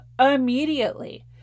immediately